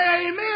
amen